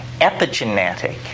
epigenetic